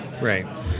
Right